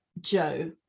Joe